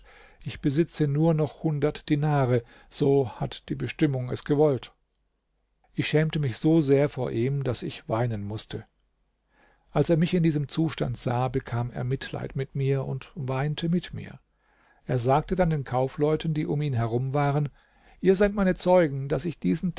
ich besitze nur noch hundert dinare so hat die bestimmung es gewollt ich schämte mich so sehr vor ihm daß ich weinen mußte als er mich in diesem zustand sah bekam er mitleid mit mir und weinte mit mir er sagte dann den kaufleuten die um ihn herum waren ihr seid meine zeugen daß ich diesen